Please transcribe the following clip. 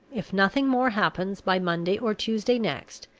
if nothing more happens by monday or tuesday next,